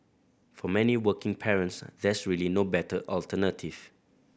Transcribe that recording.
for many working parents there's really no better alternative